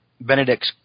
Benedict